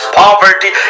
poverty